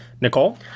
Nicole